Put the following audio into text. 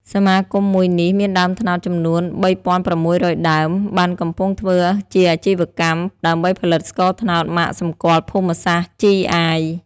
សមាគមមួយនេះ មានដើមត្នោតចំនួន៣៦០០ដើម បានកំពុងធ្វើជាជីវកម្មដើម្បីផលិតស្ករត្នោតម៉ាកសម្គាល់ភូមិសាស្រ្ត (GI)។